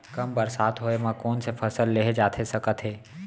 कम बरसात होए मा कौन से फसल लेहे जाथे सकत हे?